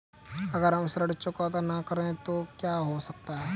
अगर हम ऋण चुकता न करें तो क्या हो सकता है?